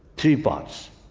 three parts.